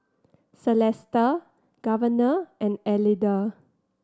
Celesta Governor and Elida